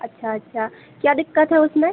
अच्छा अच्छा क्या दिक़्क़त है उसमें